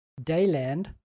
Dayland